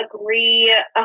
agree